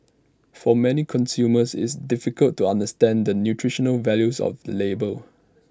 for many consumers it's difficult to understand the nutritional values of the label